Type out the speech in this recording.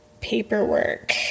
Paperwork